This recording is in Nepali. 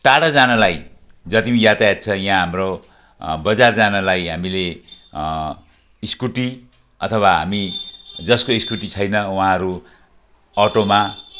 टाडा जानलाई जति यातायात छ यहाँ हाम्रो बजार जानलाई हामीले स्कुटी अथवा हामी जसको स्कुटी छैन उहाँहरू अटोमा